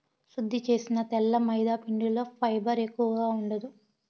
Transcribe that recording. శుద్ది చేసిన తెల్ల మైదాపిండిలో ఫైబర్ ఎక్కువగా ఉండదు